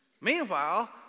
Meanwhile